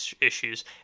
issues